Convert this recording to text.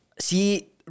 see